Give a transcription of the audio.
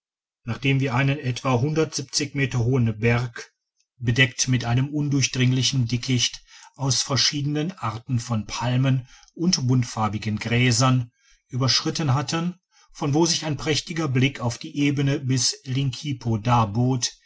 nachdem wir einen etwa meter hohen berg bedigitized by google digitized by google deckt mit einem undurchdringlichen dickicht aus verschiedenen arten von palmen und buntfarbigen gräsern überschritten hatten von wo sich ein prächtiger blick auf die ebene bis linkipo